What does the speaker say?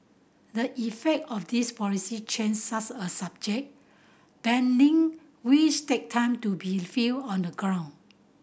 the effect of these policy changes such as subject banding wish take time to be felt on the ground